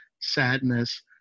sadness